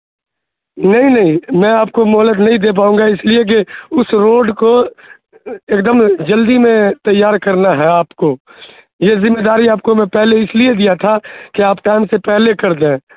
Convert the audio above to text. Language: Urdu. نہیں نہیں میں آپ کو مہولت نہیں دے پاؤں گا اس لیے کہ اس روڈ کو ایک دم جلدی میں تیار کرنا ہے آپ کو یہ ذمہ داری آپ کو میں پہلے اس لیے دیا تھا کہ آپ ٹائم سے پہلے کر دیں